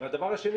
והדבר השני,